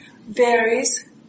varies